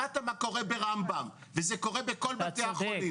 שמעת מה קורה ברמב"ם, וזה קורה בכל בתי החולים.